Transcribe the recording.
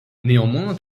néanmoins